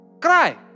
Cry